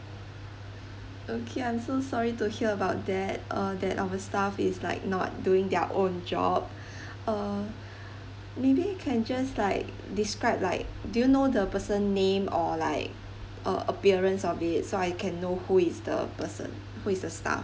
okay I'm so sorry to hear about that uh that our staff is like not doing their own job uh maybe you can just like describe like do you know the person name or like or uh appearance of it so I can know who is the person who is the staff